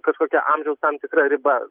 kažkokia amžiaus tam tikra riba